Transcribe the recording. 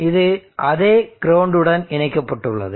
இது அதே கிரவுண்ட் உடன் இணைக்கப்பட்டுள்ளது